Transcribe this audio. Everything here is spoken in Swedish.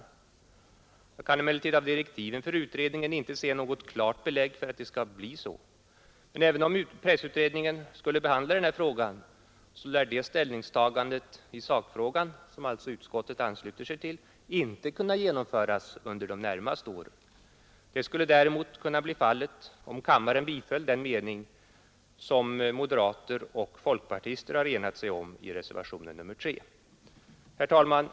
Jag kan emellertid av direktiven för utredningen inte se något klart belägg för att så skall bli fallet. Men även om pressutredningen skulle behandla den här frågan, lär det ställningstagande i sakfrågan som utskottet alltså ansluter sig till inte kunna genomföras under de närmaste åren, Det skulle däremot kunna bli fallet om kammaren biföll den mening som moderater och folkpartister enat sig om i reservationen 3. Herr talman!